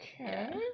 okay